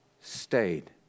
stayed